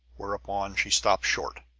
whereupon she stopped short,